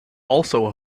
also